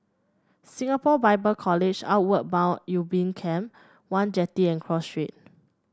Singapore Bible College Outward Bound Ubin Camp one Jetty and Cross Street